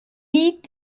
liegt